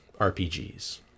RPGs